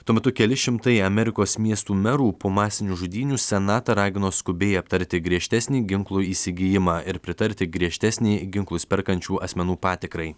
tuo metu keli šimtai amerikos miestų merų po masinių žudynių senatą ragino skubiai aptarti griežtesnį ginklų įsigijimą ir pritarti griežtesnei ginklus perkančių asmenų patikrai